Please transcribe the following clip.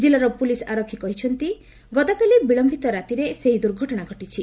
ଜିଲ୍ଲାର ପୁଲିସ୍ ଆରକ୍ଷୀ କହିଛନ୍ତି ଗତକାଲି ବିଳୟିତ ରାତିରେ ସେହି ଦୁର୍ଘଟଣା ଘଟିଛି